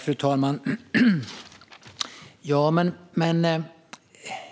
Fru talman!